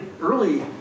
early